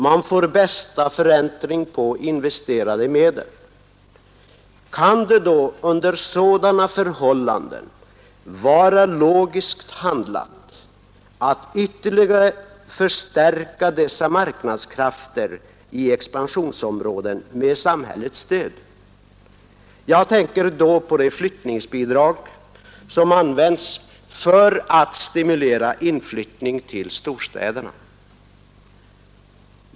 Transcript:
Man får där bästa förräntning på investerade medel. Kan det under sådana förhållanden vara logiskt handlat att ytterligare förstärka dessa marknadskrafter i expansionsområden med samhällets stöd? Jag tänker då på de flyttningsbidrag som används för att stimulera inflyttning till storstäderna.